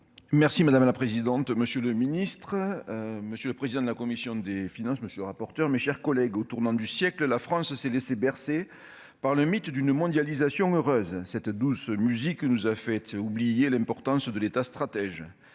Merci madame la présidente, monsieur le ministre, monsieur le président de la commission des finances, monsieur le rapporteur, mes chers collègues, au tournant du siècle, la France s'est laissé bercer par le mythe d'une mondialisation heureuse cette douce musique nous a fait oublier l'importance de l'État, stratège